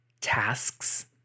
tasks